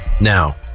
Now